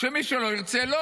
שמי שלא ירצה לא